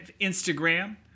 Instagram